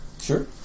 Sure